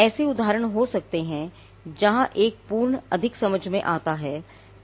ऐसे उदाहरण हो सकते हैं जहां एक पूर्ण अधिक समझ में आता है